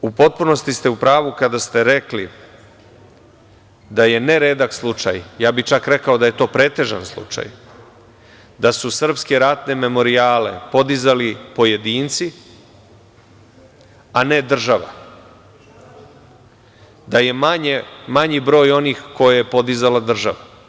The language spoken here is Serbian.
U potpunosti ste u pravu kada ste rekli da je neredak slučaj, ja bih čak rekao da je to pretežan slučaj, da su srpske ratne memorijale podizali pojedinci, a ne država, da je manji broj onih koje je podizala država.